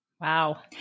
Wow